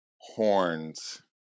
horns